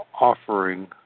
offering